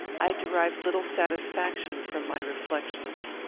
i derived little satisfaction from my reflections.